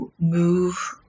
move